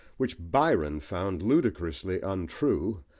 which byron found ludicrously untrue,